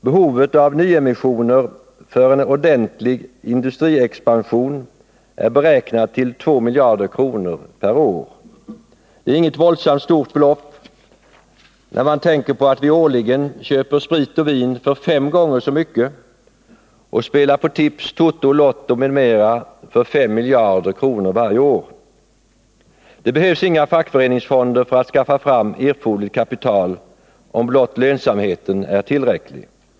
Behovet av nyemissioner för en ordentlig industriexpansion är beräknad till 2 miljarder kronor per år. Det är inget våldsamt stort belopp när man tänker på att vi årligen köper sprit och vin för fem gånger så mycket och spelar på tips, toto och Lotto m.m. för 5 miljarder kronor varje år. Det behövs inga fackföreningsfonder för att skaffa fram erforderligt kapital, om blott lönsamheten är tillräcklig.